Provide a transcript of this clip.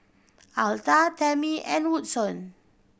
Alta Tamie and Woodson